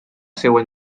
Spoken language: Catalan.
seua